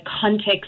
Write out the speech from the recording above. context